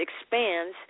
expands